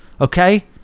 okay